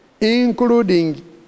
including